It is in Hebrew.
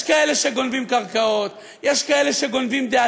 יש כאלה שגונבים קרקעות, יש כאלה שגונבים דעה.